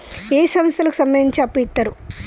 ఏ సంస్థలకు సంబంధించి అప్పు ఇత్తరు?